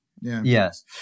Yes